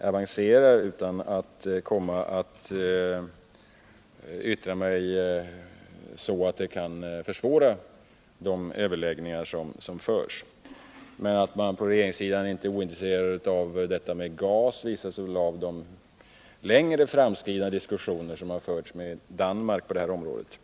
avancerar utan att yttra mig så, att det kan försvåra de överläggningar som förs. Men att vi på regeringssidan inte är ointresserade av nordiska gasleveranser visas av de längre framskridna diskussioner som på detta område har förts med Danmark.